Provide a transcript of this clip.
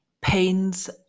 pains